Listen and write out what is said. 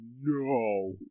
no